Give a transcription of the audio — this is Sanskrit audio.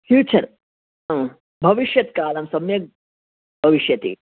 फ़्यूचर् भविष्यत्कालं सम्यक् भविष्यति